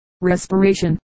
respiration